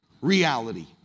Reality